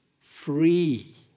free